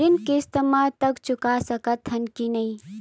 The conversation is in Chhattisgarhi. ऋण किस्त मा तक चुका सकत हन कि नहीं?